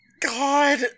God